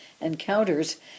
encounters